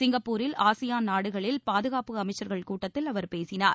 சிங்கப்பூரில் ஆசியான் நாடுகளில் பாதுகாப்பு அமைச்சர்கள் கூட்டத்தில் அவர் பேசினார்